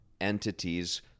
entities